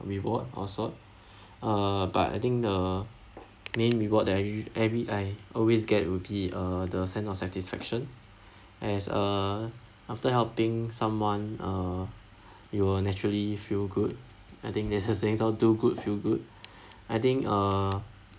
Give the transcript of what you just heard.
reward or sort uh but I think the main reward that I usu~ every I always get will be uh the sense of satisfaction as err after helping someone uh you will naturally feel good I think there's saying all do good feel good I think uh